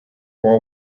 for